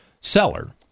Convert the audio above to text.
seller